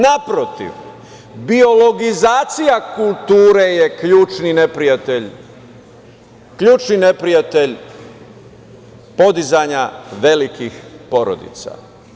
Naprotiv, biologizacija kulture je ključni neprijatelj podizanja velikih porodica.